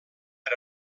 per